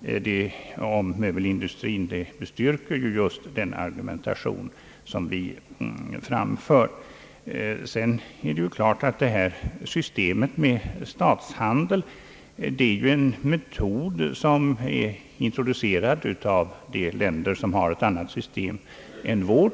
beträffande möbelindustrin bestyrker denna av oss framförda argumentation. Det kan vidare anföras att systemet med statshandel naturligtvis är introducerat av länder med en annan samhällsordning än vår.